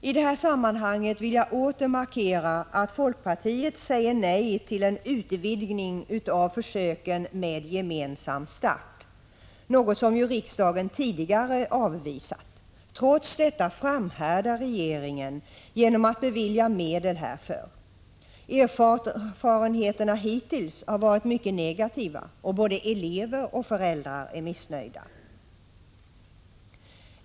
I detta sammanhang vill jag åter markera att folkpartiet säger nej till en utvidgning av försöken med gemensam start, något som ju riksdagen tidigare avvisat. Trots detta framhärdar regeringen genom att bevilja medel härför. Erfarenheterna hittills har varit mycket negativa, och både elever och föräldrar är missnöjda.